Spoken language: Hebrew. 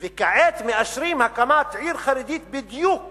וכעת מאשרים הקמת עיר חרדית בדיוק